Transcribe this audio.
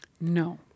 No